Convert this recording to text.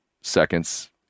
seconds